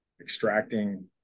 extracting